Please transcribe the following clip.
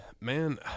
Man